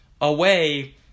away